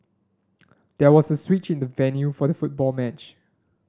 there was a switch in the venue for the football match